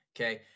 okay